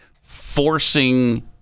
forcing